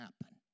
happen